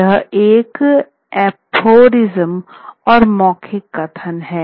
यह एक अफोरिस्म और मौखिक कथन है